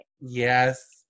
Yes